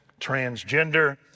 transgender